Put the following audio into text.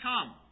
come